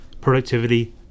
Productivity